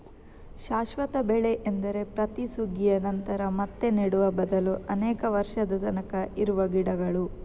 ಶಾಶ್ವತ ಬೆಳೆ ಎಂದರೆ ಪ್ರತಿ ಸುಗ್ಗಿಯ ನಂತರ ಮತ್ತೆ ನೆಡುವ ಬದಲು ಅನೇಕ ವರ್ಷದ ತನಕ ಇರುವ ಗಿಡಗಳು